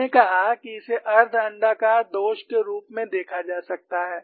हमने कहा कि इसे अर्ध अण्डाकार दोष के रूप में देखा जा सकता है